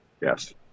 Yes